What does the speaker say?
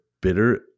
bitter